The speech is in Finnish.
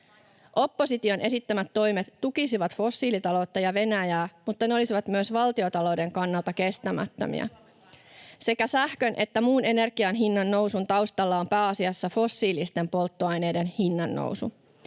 Opposition esittämät toimet tukisivat fossiilitaloutta ja Venäjää, mutta ne olisivat myös valtiontalouden kannalta kestämättömiä. [Leena Meren välihuuto] Sekä sähkön että muun energian hinnannousun taustalla on pääasiassa fossiilisten polttoaineiden hinnannousu.